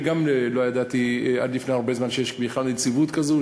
גם אני לא ידעתי עד לפני לא הרבה זמן שיש נציבות כזאת,